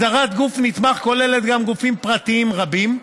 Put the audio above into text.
הגדרת "גוף נתמך" כוללת גם גופים פרטיים רבים,